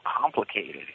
complicated